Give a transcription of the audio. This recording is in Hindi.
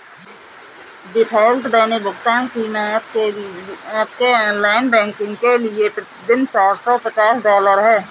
डिफ़ॉल्ट दैनिक भुगतान सीमा आपके ऑनलाइन बैंकिंग के लिए प्रति दिन सात सौ पचास डॉलर है